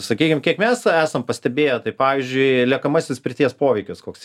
sakykim kiek mes esam pastebėję tai pavyzdžiui liekamasis pirties poveikis koks y